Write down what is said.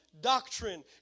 doctrine